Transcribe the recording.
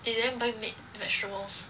did they buy meat vegetables